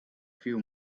few